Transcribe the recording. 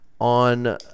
on